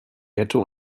ghetto